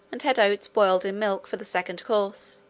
and had oats boiled in milk for the second course,